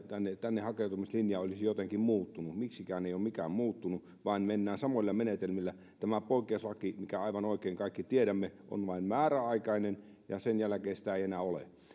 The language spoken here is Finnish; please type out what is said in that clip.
tänne hakeutumislinja olisi jotenkin muuttunut miksikään ei ole mikään muuttunut vaan mennään samoilla menetelmillä tämä poikkeuslaki on aivan oikein kuten kaikki tiedämme vain määräaikainen ja sen jälkeen sitä ei enää ole